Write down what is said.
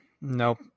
Nope